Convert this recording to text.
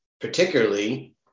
particularly